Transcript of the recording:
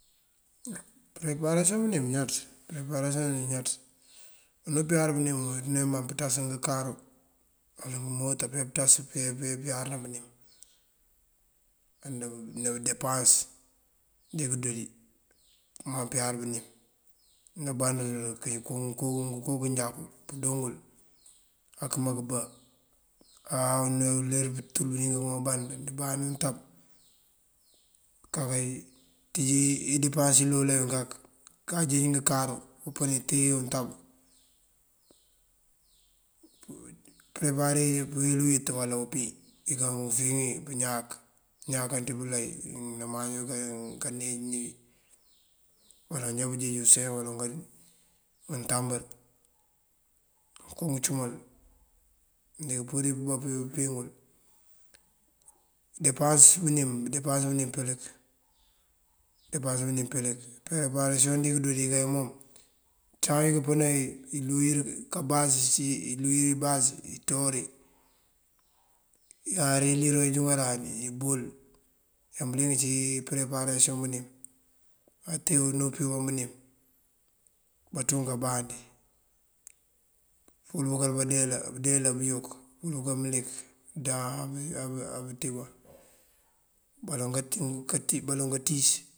Përeparasiyoŋ bënim añaţ, përeparasiyoŋ bënim añaţ. Unú kayar bënimu nemaŋ kënţas ngënkaru wala ngëmota bí mënyá wun bënţas piyá pëyar bënim ná depáas dí bundoodí pëmaŋ pëyar bënim. Anamband nëkëy kunkun unkëy manjakú, nëndoŋ ngël akëma ngëmbá. Áa uler pëntul kandí imband intab, inkaka inţíji indepáas ilole ngun kak kanjeeji ngënkaru ngëmpëni tee untab. Këpëreparir pëwel uyët uwalo umpí uwí kafiŋa wí pëñak këñakan ţí belay namaño kaneejëni wí, baloŋ já bunjeej use uloŋ untambur. Ngënko ngëncumal mëndika purir pënbá bupín ngul. Depáas bënim pelëk, depáas bënim pelëk. Përeparasiyoŋ bíkí doo wí kay mom, uncáam iyí pënayi pur pëlúuwir ibas, ibas ní inţúuwari, këyar iliroŋ injúŋarani, ibol yaŋ bëliyëng ací përeparasiyoŋ bënim. Á tee unú pëmpëni bënim, banţoŋ kambandí këwël bëkël bandeela bandeela bayok, këwël bëkël mëlik dáan, bëtíman baloŋ katíis.